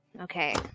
Okay